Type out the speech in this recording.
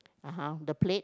(uh huh) the plate